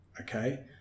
Okay